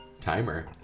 timer